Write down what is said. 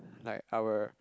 like our